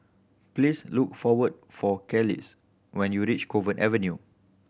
please look for what for Kelis when you reach Cove Avenue